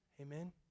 Amen